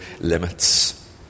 limits